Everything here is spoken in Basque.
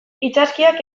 itsaskiak